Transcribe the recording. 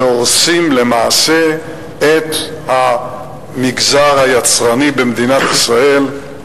שהורסים למעשה את המגזר היצרני במדינת ישראל,